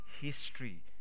history